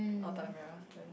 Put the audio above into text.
oh Tanah-Merah then